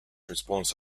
response